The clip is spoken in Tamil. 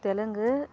தெலுங்கு